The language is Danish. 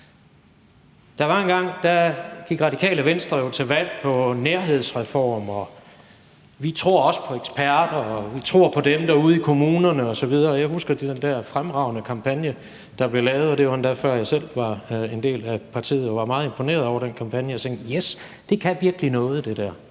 Der var engang, Radikale Venstre gik til valg på en nærhedsreform og sagde, vi tror også på eksperter, og vi tror på dem derude i kommunerne osv. Jeg husker den der fremragende kampagne, der blev lavet, og det var endda, før jeg selv blev en del af partiet. Jeg var meget imponeret over den kampagne, og jeg tænkte: Yes, det kan virkelig noget, det der.